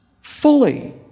Fully